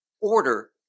order